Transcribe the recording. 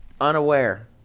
Unaware